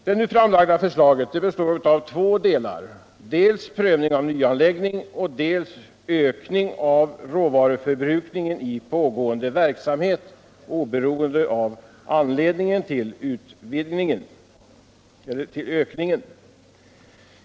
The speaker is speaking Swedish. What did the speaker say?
Den nu föreslagna lagtexten reglerar prövning dels av nyanläggning, dels av ökning av råvaruförbrukningen i pågående verksamhet oberoende av anledningen till ökningen.